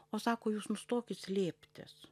o sako jūs nustokit slėptis